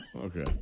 Okay